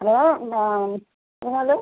hello ഞാൻ നിങ്ങൾ